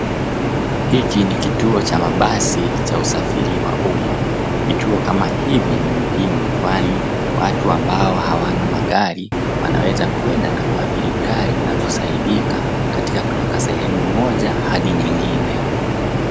Hiki ni kituo cha mabasi cha usafiri wa umma. Vituo kama hivi ni muhimu kwani, watu ambao hawana magari, wanaweza kuenda na kuabiri gari na kusaidika, katika kutoka sehemu moja hadi nyingine.